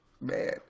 man